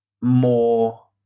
more